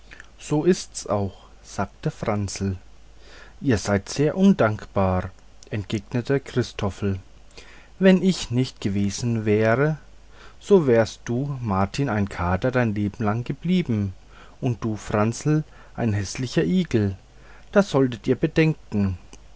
so ist's auch sagte franzel ihr seid sehr undankbar entgegnete christoffel wenn ich nicht gewesen so wärest du martin ein kater dein lebelang geblieben und du franzel ein häßlicher igel das solltet ihr bedenken